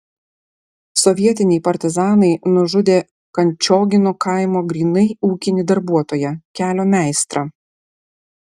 sovietiniai partizanai nužudė kančiogino kaimo grynai ūkinį darbuotoją kelio meistrą